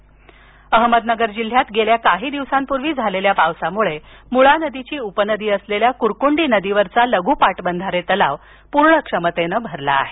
अहमदनगर अहमदनगर जिल्ह्यात गेल्या काही दिवसांपूर्वी झालेल्या पावसामुळे मुळा नदीची उपनदी असलेल्या कुरकुंडी नदीवरील लघु पाटबंधारे तलाव पूर्ण क्षमतेने भरला आहे